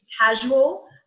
casual